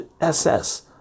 ss